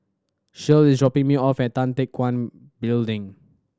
Shirl is dropping me off at Tan Teck Guan Building